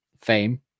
fame